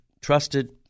trusted